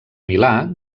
milà